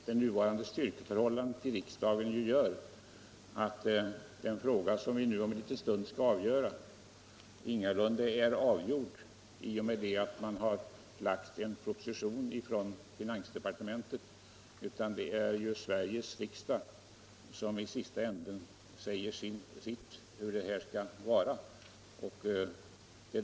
Det nuvarande styrkeförhållandet i riksdagen gör emellertid att den fråga som vi om en liten stund skall rösta om ingalunda är avgjord i och med att finansdepartementet har lagt fram en proposition, utan det är Sveriges riksdag som till slut avgör frågan.